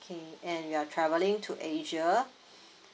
okay and you're travelling to asia